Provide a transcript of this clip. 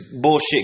bullshit